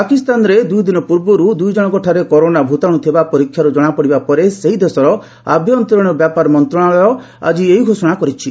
ପାକିସ୍ତାନରେ ଦୁଇଦିନ ପୂର୍ବରୁ ଦୁଇଜଣଙ୍କ ଠାରେ କରୋନା ଭୂତାଣୁ ଥିବା ପରୀକ୍ଷାର୍ ଜଣାପଡିବା ପରେ ସେହି ଦେଶର ଆଭ୍ୟନ୍ତରୀଣ ବ୍ୟାପାର ମନ୍ତ୍ରଣାଳୟ ଆଜି ଏହି ଘୋଷଣା କରିଛି